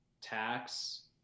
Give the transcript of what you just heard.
tax